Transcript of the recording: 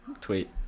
tweet